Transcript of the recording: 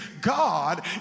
God